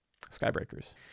Skybreakers